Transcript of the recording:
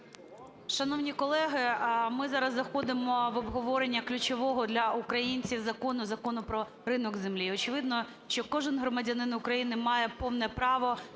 Шановні колеги, ми зараз заходимо в обговорення ключового для українців закону – Закону про ринок землі. І очевидно, що кожен громадянин України має повне право